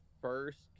first